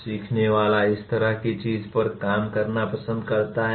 सीखने वाला इस तरह की चीज पर काम करना पसंद करता है